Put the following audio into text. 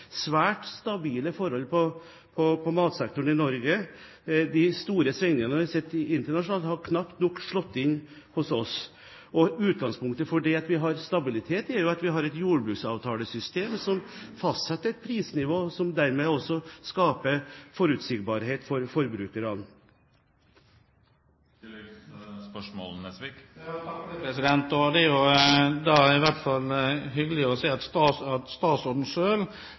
svært stabile forhold på matvaresektoren, i motsetning til det vi ser internasjonalt – med økende matvarepriser historisk sett. De store svingningene vi har sett internasjonalt, har knapt nok slått inn hos oss. Utgangspunktet for det at vi har stabilitet, er at vi har et jordbruksavtalesystem som fastsetter et prisnivå, som dermed skaper forutsigbarhet for forbrukerne. Det er i hvert fall hyggelig å se at statsråden